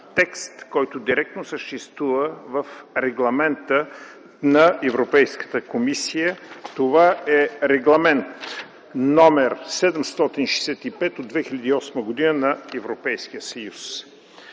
текст, който директно съществува в Регламента на Европейската комисия. Това е Регламент № 765 от 2008 г. на Европейския съюз.